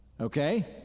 okay